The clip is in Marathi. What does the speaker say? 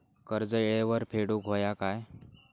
कर्ज येळेवर फेडूक होया काय?